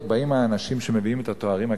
באים האנשים שמביאים את התארים האקדמיים,